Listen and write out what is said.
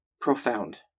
profound